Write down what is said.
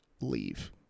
leave